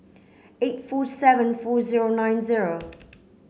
eight four seven four zero nine zero